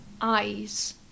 eyes